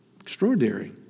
Extraordinary